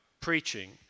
preaching